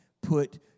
put